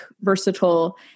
versatile